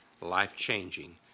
life-changing